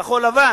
כחול-לבן?